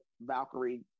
Valkyrie